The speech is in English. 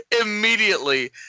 immediately